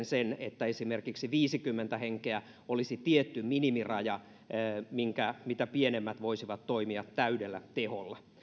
sen että esimerkiksi viisikymmentä henkeä olisi tietty minimiraja mitä pienemmät voisivat toimia täydellä teholla